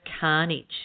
carnage